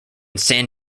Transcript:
san